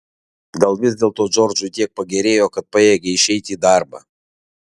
gal vis dėlto džordžui tiek pagerėjo kad pajėgė išeiti į darbą